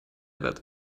that